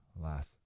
Alas